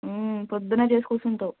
పొద్దునే చేసి కూర్చుంటావు